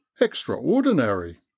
Extraordinary